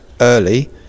early